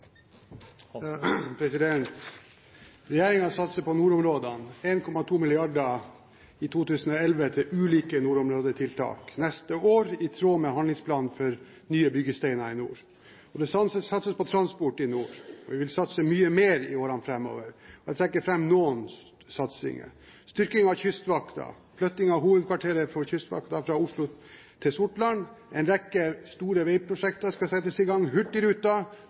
satser på nordområdene: 1,2 mrd. kr i 2011 til ulike nordområdetiltak neste år i tråd med handlingsplanen Nye byggesteiner i nord. Det satses på transport i nord, og vi vil satse mye mer i årene framover. Jeg trekker fram noen satsinger: styrking av Kystvakten og flytting av hovedkvarteret for Kystvakten fra Oslo til Sortland en rekke store veiprosjekter skal settes i gang